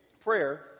prayer